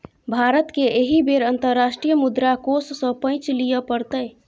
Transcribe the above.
भारतकेँ एहि बेर अंतर्राष्ट्रीय मुद्रा कोष सँ पैंच लिअ पड़तै